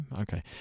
okay